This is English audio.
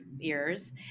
ears